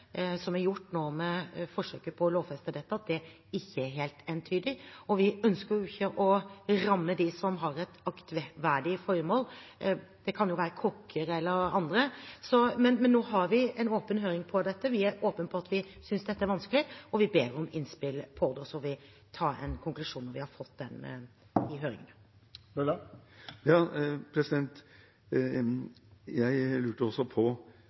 at det ikke er helt entydig. Vi ønsker ikke å ramme dem som har et aktverdig formål – det kan være kokker eller andre. Men nå har vi en åpen høring om dette. Vi er åpne om at vi synes dette er vanskelig, vi ber om innspill, og så får vi trekke en konklusjon når vi har fått resultatet av høringene. Den forrige statsråden lanserte senest i august 2019 at regjeringen – flere departementet var involvert – arbeidet med en handlingsplan mot barne- og ungdomskriminalitet. Jeg